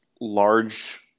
large